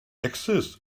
exists